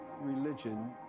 religion